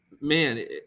Man